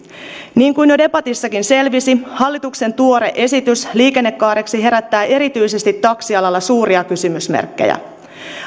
niin kuin jo debatissakin selvisi hallituksen tuore esitys liikennekaareksi herättää erityisesti taksialalla suuria kysymysmerkkejä